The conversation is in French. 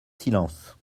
silence